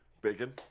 Bacon